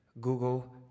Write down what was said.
Google